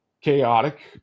chaotic